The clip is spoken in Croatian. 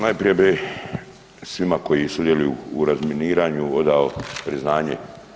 Najprije bi svim koji sudjeluju u razminiranju odao priznanje.